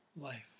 life